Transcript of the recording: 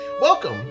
welcome